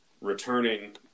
returning